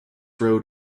road